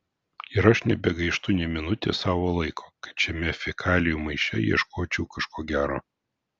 ir aš nebegaištu nė minutės savo laiko kad šiame fekalijų maiše ieškočiau kažko gero